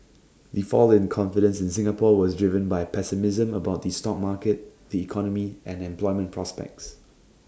the fall in confidence in Singapore was driven by pessimism about the stock market the economy and employment prospects